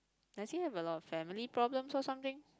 does he have a lot of family problems or something